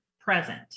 present